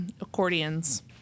accordions